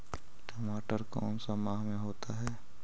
टमाटर कौन सा माह में होता है?